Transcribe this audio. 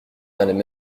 n’allait